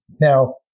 Now